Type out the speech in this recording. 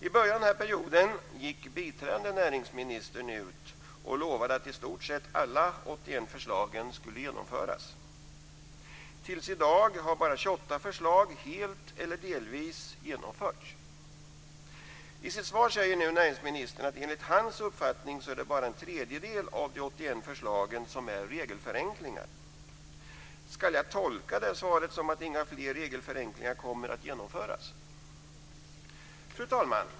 I början av mandatperioden gick biträdande näringsministern ut och lovade att i stort sett alla 81 förslag skulle genomföras. Fram till i dag har bara 28 förslag genomförts helt eller delvis. I sitt svar säger nu näringsministern att bara en tredjedel av de 81 förslagen är regelförenklingar, enligt hans uppfattning. Ska jag tolka det som att inga fler regelförenklingar kommer att genomföras? Fru talman!